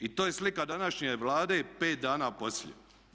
I to je slika današnje Vlade pet dana poslije.